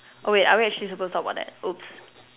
oh wait are we actually supposed to talk about that oops